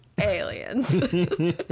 aliens